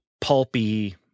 pulpy